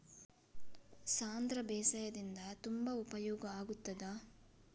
ಸಾಂಧ್ರ ಬೇಸಾಯದಿಂದ ತುಂಬಾ ಉಪಯೋಗ ಆಗುತ್ತದಾ?